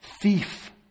thief